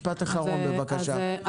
משפט אחרון בבקשה.